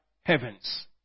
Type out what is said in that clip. heavens